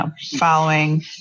following